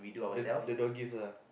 the the doorgift lah